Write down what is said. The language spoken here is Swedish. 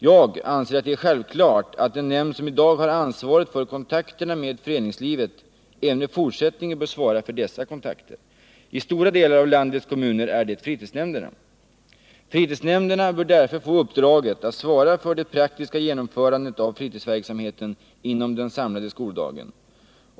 Jag anser att det är självklart att den nämnd som i dag har ansvaret för kontakterna med föreningslivet även i fortsättningen bör svara för dessa kontakter. I stora delar av landets kommuner är det fritidsnämnderna. Fritidsnämnderna bör därför få uppdraget att svara för det praktiska genomförandet av fritidsverksamheten inom den samlade skoldagen.